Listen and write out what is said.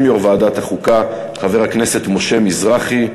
יושב-ראש ועדת החוקה חבר הכנסת משה מזרחי.